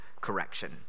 correction